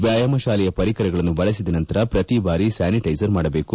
ವ್ಯಾಯಾಮ ಶಾಲೆಯ ಪರಿಕರಗಳನ್ನು ಬಳಸಿದ ನಂತರ ಪ್ರತಿಬಾರಿ ಸ್ಕಾನಿಟೈಸ್ ಮಾಡಬೇಕು